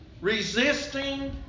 Resisting